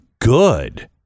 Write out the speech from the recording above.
good